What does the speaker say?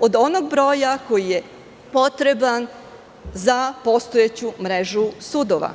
od onog broja koji je potreban za postojeću mrežu sudova.